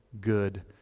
good